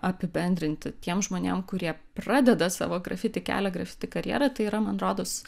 apibendrinti tiem žmonėm kurie pradeda savo grafiti kelią grafiti karjerą tai yra man rodos